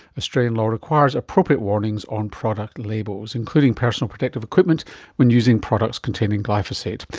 australian law requires appropriate warnings on product labels, including personal protective equipment when using products containing glyphosate.